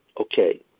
Okay